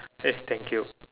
yes thank you